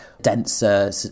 denser